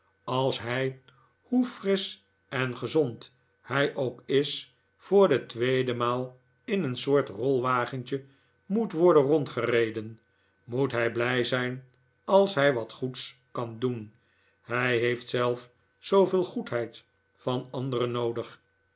als hij hoe frisch en gezond hij ook is voor de tweede maal in een soort rolwagentje moet worden rondgereden moet hij blij zijn als hij wat goeds kan doen hij heeft zelf zooveel goedheid van anderen noodig